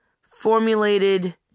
formulated